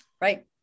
Right